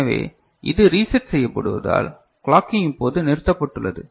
எனவே இது ரீசெட் செய்யப்படுவதால் கிளாக்கிங் இப்போது நிறுத்தப்பட்டுள்ளது